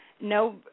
no